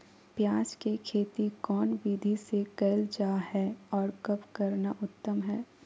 प्याज के खेती कौन विधि से कैल जा है, और कब करना उत्तम है?